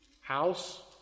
house